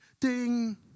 ding